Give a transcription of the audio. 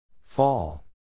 Fall